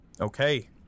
Okay